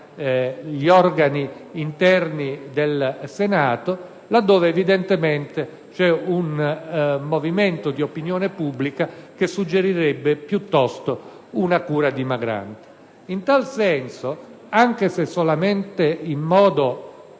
In tal senso, anche se solamente in forma